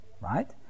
right